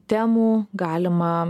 temų galima